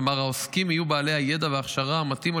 כלומר העוסקים יהיו בעלי הידע וההכשרה המתאימים על